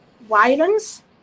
violence